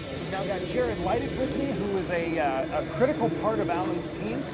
we've not go jared leidich with me, who was a ah critical part of alan's team.